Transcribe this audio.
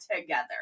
together